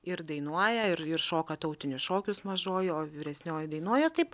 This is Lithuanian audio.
ir dainuoja ir ir šoka tautinius šokius mažoji o vyresnioji dainuoja taip